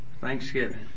Thanksgiving